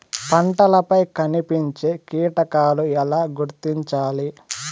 పంటలపై కనిపించే కీటకాలు ఎలా గుర్తించాలి?